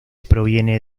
proviene